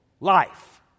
life